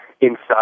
inside